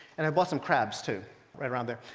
and i bought some crabs too right around there,